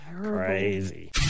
crazy